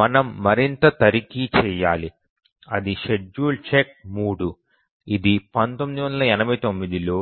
మనం మరింత తనిఖీ చేయాలి ఇది షెడ్యూల్ చెక్ 3 ఇది 1989లో